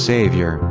Savior